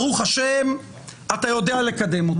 ברוך השם אתה יודע לקדם אותם.